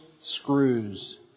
screws